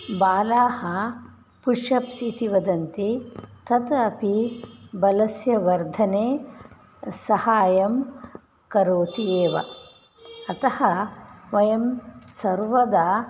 बालाः पुशप्स् इति वदन्ति तत् अपि बलस्य वर्धने सहाय्यं करोति एव अतः वयं सर्वदा